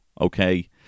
okay